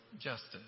justice